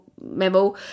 memo